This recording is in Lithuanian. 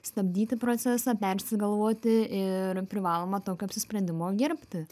stabdyti procesą persigalvoti ir privaloma tokio apsisprendimo gerbti